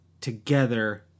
together